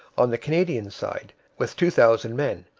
on the canadian side, with two thousand men,